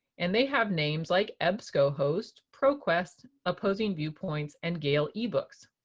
and they have names like ebscohost, proquest, opposing viewpoints and gale ebooks.